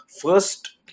first